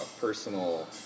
personal